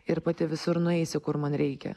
ir pati visur nueisiu kur man reikia